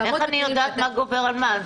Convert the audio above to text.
למרות- -- איך אני יודעת מה גובר על מה?